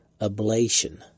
ablation